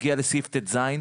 נגיע לסעיף טז,